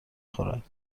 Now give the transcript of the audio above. خورد